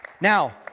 Now